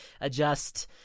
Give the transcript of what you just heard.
adjust